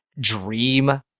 dream